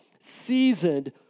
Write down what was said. seasoned